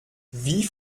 wie